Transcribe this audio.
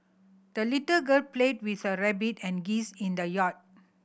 the little girl played with her rabbit and geese in the yard